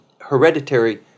hereditary